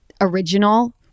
original